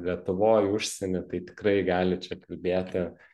lietuvoj užsieny tai tikrai galit čia kalbėti